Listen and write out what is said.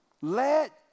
Let